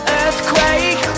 earthquake